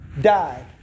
died